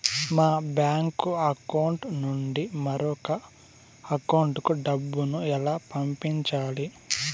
మా bank account నుండి మరొక అకౌంట్ కు డబ్బును ఎలా పంపించాలి